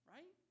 Right